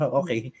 okay